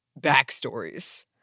backstories